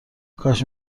کاش